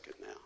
now